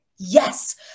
Yes